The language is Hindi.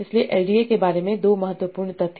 देखिए एलडीए के बारे में 2 महत्वपूर्ण तथ्य